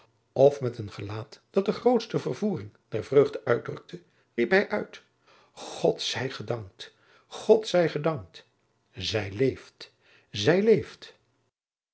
of met een gelaat dat de adriaan loosjes pzn het leven van maurits lijnslager grootste vervoering der vreugde uitdrukte riep hij uit god zij gedankt god zij gedankt zij leeft zij leeft